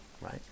right